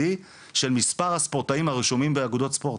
של מספר הספורטאים הרשומים באגודות ספורט.